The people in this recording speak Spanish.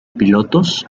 pilotos